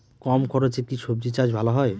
কম খরচে কি সবজি চাষ ভালো হয়?